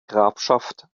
grafschaft